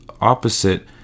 opposite